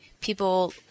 people